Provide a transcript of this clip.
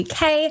UK